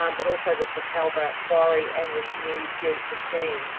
um but also the bracalba quarry and this new beaut machine.